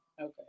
Okay